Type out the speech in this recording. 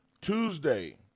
Tuesday